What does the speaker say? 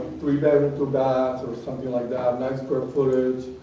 three bed, two bath, something like that, next square footage,